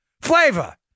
Flavor